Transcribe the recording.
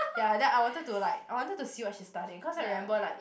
ya then I wanted to like I wanted to see what she's studying cause I remember like